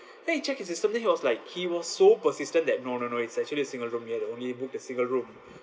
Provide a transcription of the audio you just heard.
then he check his system then he was like he was so persistent that no no no it's actually a single room you had only booked a single room